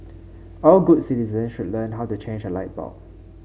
all good citizens should learn how to change a light bulb